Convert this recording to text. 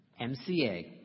MCA